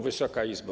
Wysoka Izbo!